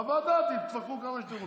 בוועדה תתווכחו כמה שאתם רוצים.